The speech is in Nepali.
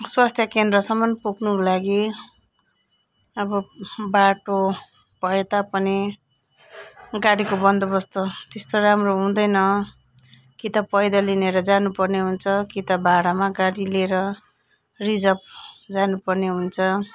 स्वस्थ्य केन्द्रसम्म पुग्नुको लागि अब बाटो भए तापनि गाडीको बन्दोबस्त त्यस्तो राम्रो हुँदैन कि त पैदल हिँडेर जानुपर्ने हुन्छ कि त भाडामा गाडी लिएर रिजर्भ जानुपर्ने हुन्छ